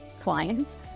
clients